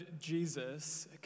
Jesus